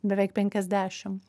beveik penkiasdešim